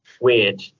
weird